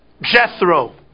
Jethro